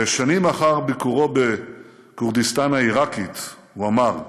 ושנים לאחר ביקורו בכורדיסטן העיראקית הוא אמר: